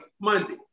Monday